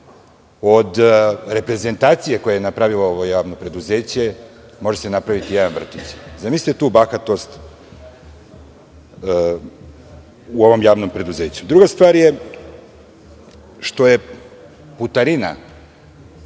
reprezentacije koje je napravilo ovo javno preduzeće, može se napraviti jedan vrtić. Zamislite tu bahatost u ovom javnom preduzeću. Druga stvar je što je putarina